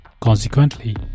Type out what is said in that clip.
Consequently